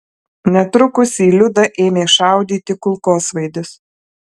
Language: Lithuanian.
netrukus į liudą ėmė šaudyti kulkosvaidis